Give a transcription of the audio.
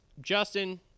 Justin